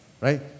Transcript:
right